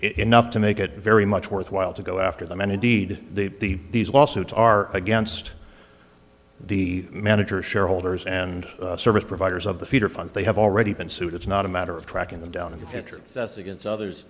enough to make it very much worthwhile to go after them and indeed the these lawsuits are against the manager shareholders and service providers of the feeder funds they have already been sued it's not a matter of tracking them down in the future that's against others